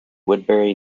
woodbury